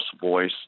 voice